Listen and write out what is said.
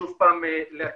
שוב לעכב?